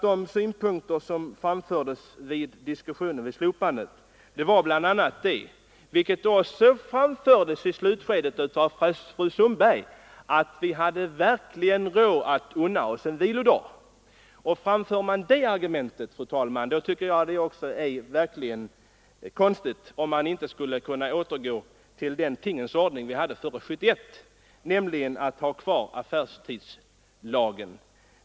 De synpunkter som framfördes när slopandet av affärstidslagen diskuterades var bl.a. — vilket också fram fördes i slutet av fru Sundbergs anförande — att vi verkligen hade råd att unna oss en vilodag. Framför man det argumentet, fru talman, är det verkligen konstigt om man inte skulle kunna återgå till den tingens ordning vi hade före 1971, nämligen att ha kvar affärstidslagen.